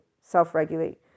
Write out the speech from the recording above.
self-regulate